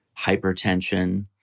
hypertension